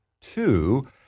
Two